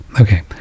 Okay